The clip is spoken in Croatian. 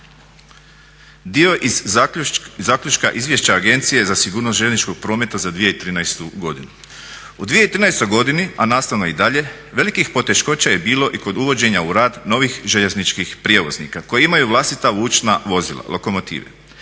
dio iz zaključka izvješća Agencije za sigurnost željezničkog prometa za 2013. godinu: "U 2013. godini a nastavno i dalje velikih poteškoća je bilo i kod uvođenja u rad novih željezničkih prijevoznika koji imaju vlastita vučna vozila, lokomotive.